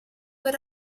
quel